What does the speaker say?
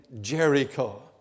Jericho